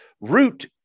Root